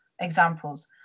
examples